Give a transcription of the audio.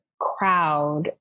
crowd